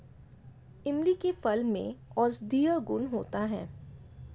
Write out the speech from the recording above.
इमली के फल में औषधीय गुण होता है